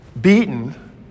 beaten